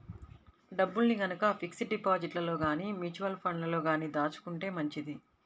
డబ్బుల్ని గనక ఫిక్స్డ్ డిపాజిట్లలో గానీ, మ్యూచువల్ ఫండ్లలో గానీ దాచుకుంటే మంచిది